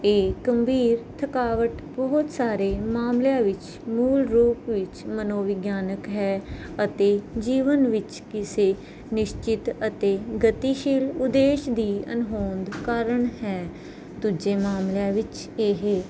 ਇਹ ਗੰਭੀਰ ਥਕਾਵਟ ਬਹੁਤ ਸਾਰੇ ਮਾਮਲਿਆਂ ਵਿੱਚ ਮੂਲ ਰੂਪ ਵਿੱਚ ਮਨੋਵਿਗਿਆਨਿਕ ਹੈ ਅਤੇ ਜੀਵਨ ਵਿੱਚ ਕਿਸੇ ਨਿਸ਼ਚਿਤ ਅਤੇ ਗਤੀਸ਼ੀਲ ਉਦੇਸ਼ ਦੀ ਅਣਹੋਂਦ ਕਾਰਨ ਹੈ ਦੂਜੇ ਮਾਮਲਿਆਂ ਵਿੱਚ ਇਹ